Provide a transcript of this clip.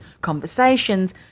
conversations